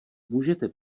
můžete